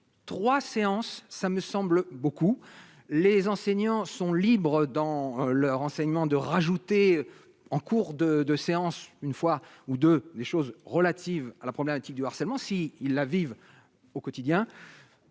3 séances, ça me semble beaucoup, les enseignants sont libres dans le renseignement de rajouter en cours de 2 séances une fois ou 2 des choses relatives à la problématique du harcèlement si ils la vivent au quotidien